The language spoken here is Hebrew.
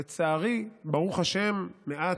לצערי, ברוך השם, מעט,